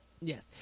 yes